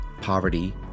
poverty